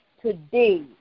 today